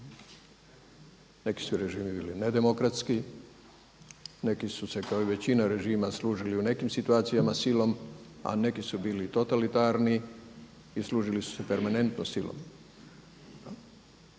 Neki su režimi bili nedemokratski, neki su se kao i većina režima služili u nekim situacijama silom, a neki su bili totalitarni i služili su se permanentnom silom.